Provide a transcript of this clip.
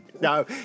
No